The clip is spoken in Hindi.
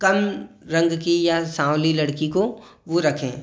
कम रंग की या सांवली लड़की को वो रखें